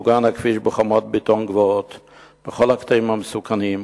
היה הכביש מוגן בחומות בטון גבוהות בכל הקטעים המסוכנים,